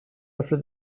after